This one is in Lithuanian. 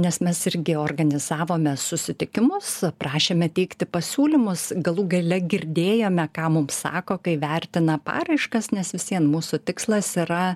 nes mes irgi organizavome susitikimus prašėme teikti pasiūlymus galų gale girdėjome ką mum sako kai vertina paraiškas nes visvien mūsų tikslas yra